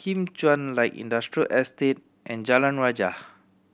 Kim Chuan Light Industrial Estate and Jalan Rajah